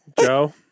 Joe